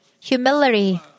humility